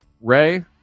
Ray